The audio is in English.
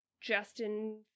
Justin